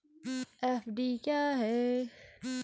FD क्या है?